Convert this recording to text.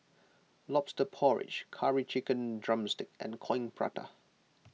Lobster Porridge Curry Chicken Drumstick and Coin Prata